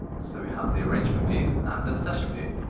so we have the arrangement view and the session view.